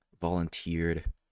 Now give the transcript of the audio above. volunteered